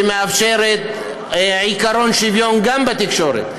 שמאפשרת עקרון שוויון גם בתקשורת.